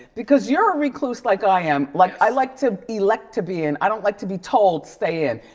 because you're a recluse, like i am. like i like to elect to be in. i don't like to be told stay in.